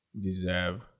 deserve